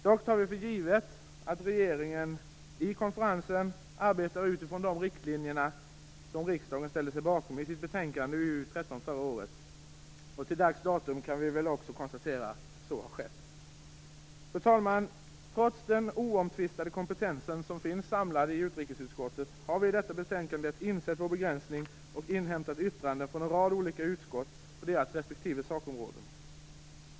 Dock tar vi för givet att regeringen i konferensen arbetar utifrån de riktlinjer som riksdagen ställde sig bakom i betänkandet UU13 förra året. Till dags datum kan vi också konstatera att så har skett. Fru talman! Trots den oomtvistade kompetens som finns samlad i utrikesutskottet har vi i detta betänkande insett vår begränsning och inhämtat yttranden från en rad olika utskott på deras respektive sakområden.